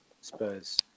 Spurs